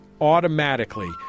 automatically